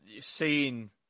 seeing